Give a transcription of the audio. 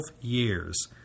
years